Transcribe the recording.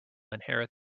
inherit